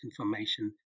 information